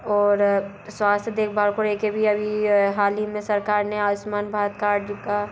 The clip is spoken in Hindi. और स्वास्थ्य देखभाल को ले के भी अभी अभी हाल ही में सरकार ने आयुष्मान भारत कार्ड का